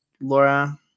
laura